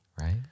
right